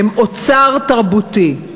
הם אוצר תרבותי.